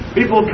People